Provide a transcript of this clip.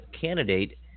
candidate